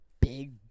big